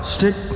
Stick